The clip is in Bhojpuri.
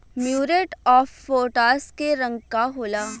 म्यूरेट ऑफपोटाश के रंग का होला?